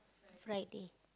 Friday